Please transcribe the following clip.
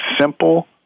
simple